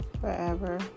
forever